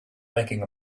thinking